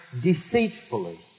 deceitfully